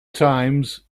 times